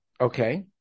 okay